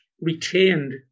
retained